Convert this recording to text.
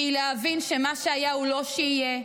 הם להבין שמה שהיה הוא לא מה שיהיה,